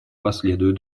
последуют